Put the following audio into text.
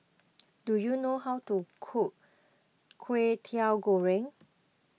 do you know how to cook Kwetiau Goreng